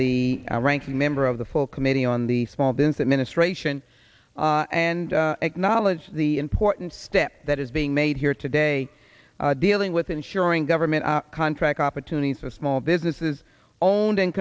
the ranking member of the full committee on the small business administration and acknowledge the important step that is being made here today dealing with ensuring government contract opportunities for small businesses owned and